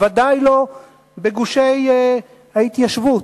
ודאי לא בגושי ההתיישבות,